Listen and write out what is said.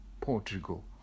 Portugal